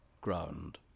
ground